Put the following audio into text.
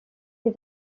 des